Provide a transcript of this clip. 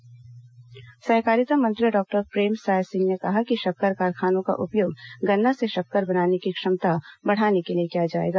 सहकारिता मंत्री समीक्षा सहकारिता मंत्री डॉक्टर प्रेमसाय सिंह ने कहा है कि शक्कर कारखानों का उपयोग गन्ना से शक्कर बनाने की क्षमता बढ़ाने के लिए किया जाएगा